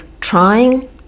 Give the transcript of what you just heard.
trying